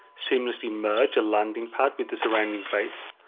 seemlessly merge a landing pad with the surrounding base.